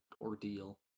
ordeal